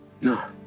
no